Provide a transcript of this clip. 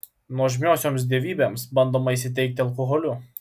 nuožmiosioms dievybėms bandoma įsiteikti alkoholiu